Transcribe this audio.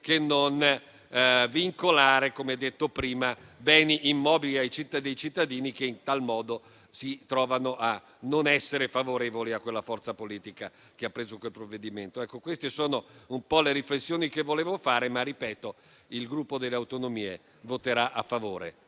che non vincolare, come detto prima, beni immobili dei cittadini che in tal modo si trovano a non essere favorevoli a quella forza politica che ha preso quel provvedimento. Queste sono le riflessioni che volevo fare, ma ribadisco che il Gruppo per le Autonomie voterà a favore